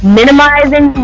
minimizing